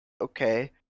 okay